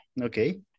Okay